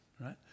right